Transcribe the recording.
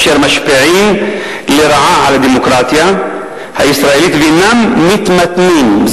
אשר משפיעים לרעה על הדמוקרטיה הישראלית ואינם מתמתנים.